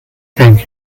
thank